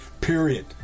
Period